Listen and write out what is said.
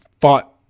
fought